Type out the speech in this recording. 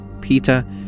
Peter